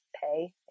Pay